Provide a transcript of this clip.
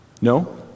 No